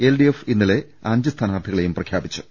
L D F ഇന്നലെ അഞ്ചു സ്ഥാനാർത്ഥികളെയും പ്രഖ്യാ പിച്ചു